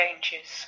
changes